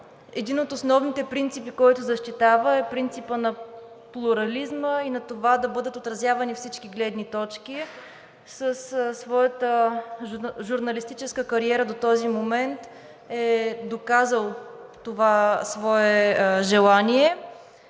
Един от основните принципи, който защитава, е принципът на плурализма и на това да бъдат отразявани всички гледни точки. Със своята журналистическа кариера до този момент е доказал това свое желание.